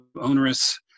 onerous